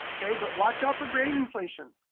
okay, but watch out for grade inflation.